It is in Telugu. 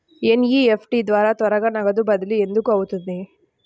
ఎన్.ఈ.ఎఫ్.టీ ద్వారా త్వరగా నగదు బదిలీ ఎందుకు అవుతుంది?